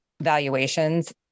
valuations